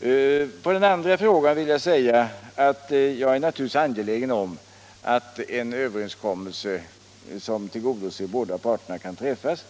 Beträffande den andra frågan vill jag säga att jag naturligtvis är angelägen om att en överenskommelse som tillgodoser båda parterna kan träffas.